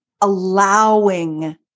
allowing